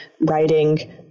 writing